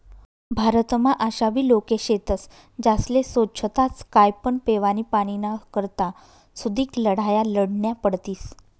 भारतमा आशाबी लोके शेतस ज्यास्ले सोच्छताच काय पण पेवानी पाणीना करता सुदीक लढाया लढन्या पडतीस